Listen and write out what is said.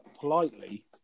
politely